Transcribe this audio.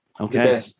Okay